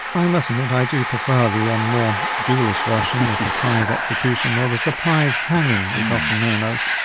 i must admit i do prefer the and more ghoulish version, and the surprise execution or the surprise hanging. it's often known as.